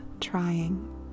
trying